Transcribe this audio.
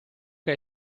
che